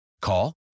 Call